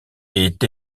ait